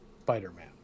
Spider-Man